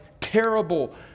terrible